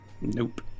Nope